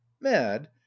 mad